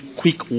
quick